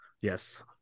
yes